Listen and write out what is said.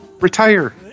retire